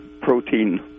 protein